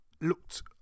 looked